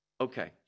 Okay